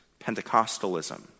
Pentecostalism